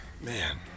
Man